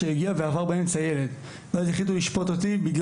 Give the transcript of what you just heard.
עבר באמצע ילד שנפגע ויחליטו לשפוט אותי כי